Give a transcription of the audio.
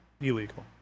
illegal